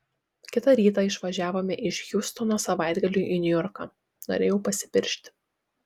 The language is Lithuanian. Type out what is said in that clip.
kitą rytą išvažiavome iš hjustono savaitgaliui į niujorką norėjau pasipiršti